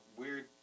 Weird